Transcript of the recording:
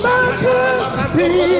Majesty